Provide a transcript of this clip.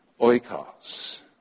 oikos